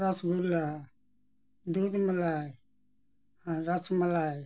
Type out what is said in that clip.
ᱨᱚᱥ ᱜᱩᱞᱞᱟ ᱫᱩᱫᱽ ᱢᱟᱞᱟᱭ ᱨᱚᱥ ᱢᱟᱯᱟᱭ